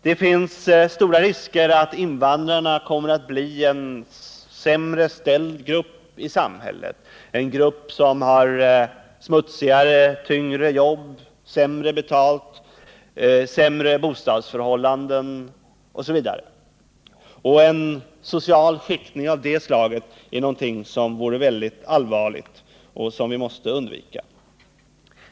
Det är vidare stor risk för att invandrarna kan komma att bli en sämre ställd grupp i samhället, en grupp som har smutsigare och tyngre jobb, sämre betalt, sämre bostadsförhållanden, osv. En social skiktning av det slaget är något som skulle innebära ett allvarligt problem och som vi måste försöka undvika.